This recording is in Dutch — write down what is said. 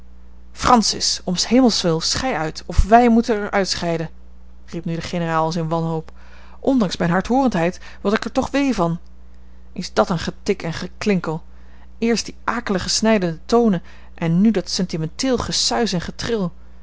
francis om s hemels wil schei uit of wij moeten er uitscheiden riep nu de generaal als in wanhoop ondanks mijne hardhoorendheid word ik er toch wee van is dat een getik en geklinkel eerst die akelige snijdende tonen en nu dat sentimenteel gesuis en getril